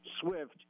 Swift